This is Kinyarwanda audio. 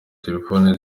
telefoni